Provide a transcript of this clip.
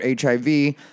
HIV